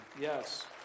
Yes